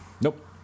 Nope